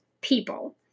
people